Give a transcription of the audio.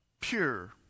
pure